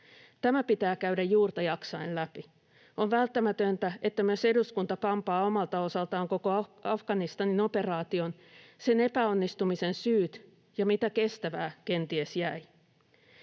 Tämä pitää käydä juurta jaksaen läpi. On välttämätöntä, että myös eduskunta kampaa omalta osaltaan koko Afganistanin operaation, sen epäonnistumisen syyt ja sen, mitä kestävää kenties jäi.